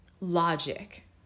logic